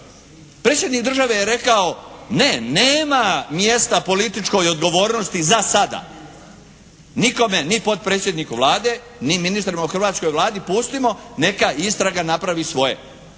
Predsjednik države je rekao ne nema mjesta političkoj odgovornosti za sada, nikome, ni potpredsjedniku Vlade ni ministrima u hrvatskoj Vladi. Pustimo neka istraga napravi svoje.